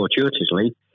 fortuitously